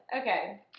Okay